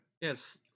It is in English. Yes